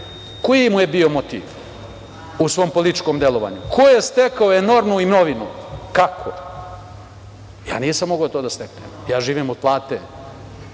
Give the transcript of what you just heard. koji mu je bio motiv u svom politikom delovanju, ko je stekao enormnu imovinu, kako. Ja nisam mogao to da steknem. Ja živim od plate.